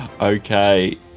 okay